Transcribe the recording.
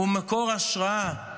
הוא מקור השראה,